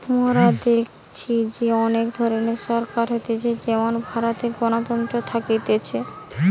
মোরা দেখেছি যে অনেক ধরণের সরকার হতিছে যেমন ভারতে গণতন্ত্র থাকতিছে